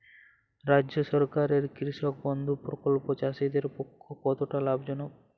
রাজ্য সরকারের কৃষক বন্ধু প্রকল্প চাষীদের পক্ষে কতটা লাভজনক?